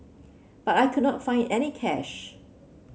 but I could not find any cash